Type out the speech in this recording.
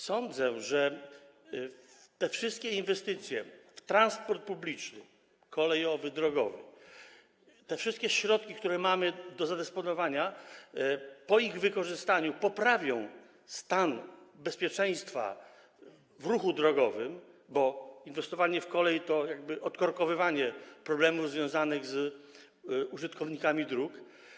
Sądzę, że wszystkie inwestycje w transport publiczny - kolejowy, drogowy, te wszystkie środki, które mamy do zadysponowania, po ich wykorzystaniu poprawią stan bezpieczeństwa w ruchu drogowym, bo inwestowanie w kolej to jakby odkorkowywanie problemów związanych z użytkownikami dróg.